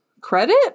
credit